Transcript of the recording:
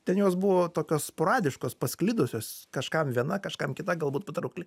ten jos buvo tokios sporadiškos pasklidusios kažkam viena kažkam kita galbūt patraukli